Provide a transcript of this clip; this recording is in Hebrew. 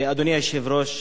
אדוני היושב-ראש,